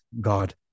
god